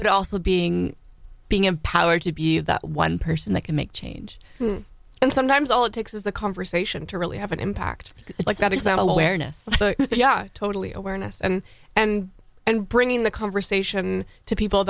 but also being being empowered to be that one person that can make change and sometimes all it takes is a conversation to really have an impact like that it's not awareness yeah totally awareness and and and bringing the conversation to people